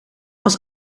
als